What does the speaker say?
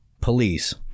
police